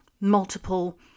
multiple